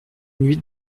huit